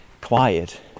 quiet